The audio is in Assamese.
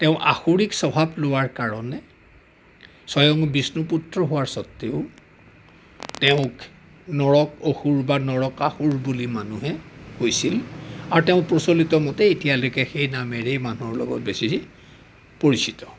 তেওঁ আসুৰিক স্বভাৱ লোৱাৰ কাৰণে স্বয়ং বিষ্ণু পুত্ৰ হোৱা স্বত্তেও তেওঁক নৰক অসুৰ বা নৰকাসুৰ বুলি মানুহে কৈছিল আৰু তেওঁ প্ৰচলিত মতে এতিয়ালৈকে সেই নামেৰেই মানুহৰ লগত বেছি পৰিচিত